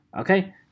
Okay